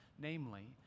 Namely